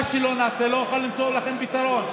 מה שלא נעשה, לא נוכל למצוא לכם פתרון.